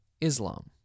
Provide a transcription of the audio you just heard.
Islam